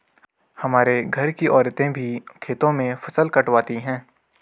हमारे घर की औरतें भी खेतों में फसल कटवाती हैं